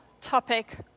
topic